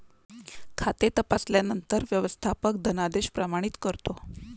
खाते तपासल्यानंतर व्यवस्थापक धनादेश प्रमाणित करतो